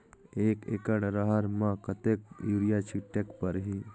एक एकड रहर म कतेक युरिया छीटेक परही?